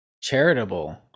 charitable